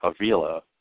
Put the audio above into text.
Avila